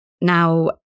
Now